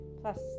plus